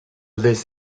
this